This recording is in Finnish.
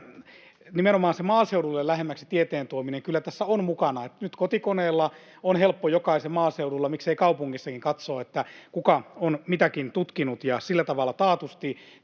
tieteen tuominen maaseudulle lähemmäksi kyllä tässä on mukana, niin että nyt kotikoneella on helppo jokaisen maaseudulla ja miksei kaupungissakin katsoa, kuka on mitäkin tutkinut, ja sillä tavalla taatusti